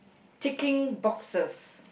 ticking boxes